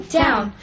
down